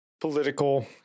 political